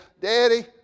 Daddy